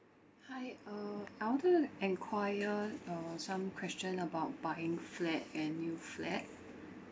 hi uh I wanted to enquire uh some question about buying flat and new flat